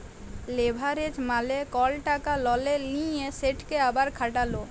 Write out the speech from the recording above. leverage মালে কল টাকা ললে লিঁয়ে সেটকে আবার খাটালো